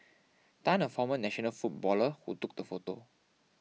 Tan a former national footballer who took the photo